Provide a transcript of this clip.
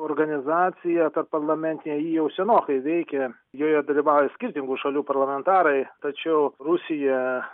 organizacija tarpparlamentinė ji jau senokai veikia joje dalyvauja skirtingų šalių parlamentarai tačiau rusija